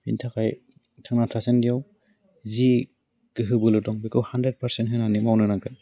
बिनि थाखाय थांना थासान्दियाव जि गोहो बोलो दं बेखौ हानड्रेड पार्सेन्ट होनानै मावनो नांगोन